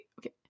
Okay